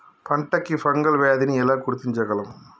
పంట కి ఫంగల్ వ్యాధి ని ఎలా గుర్తించగలం?